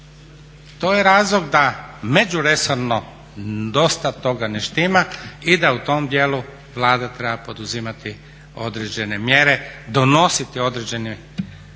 To je razlog da međuresorno dosta toga ne štima i da u tom dijelu Vlada treba poduzimati određene mjere, donositi određene